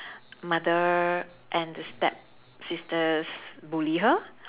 mother and the stepsisters bully her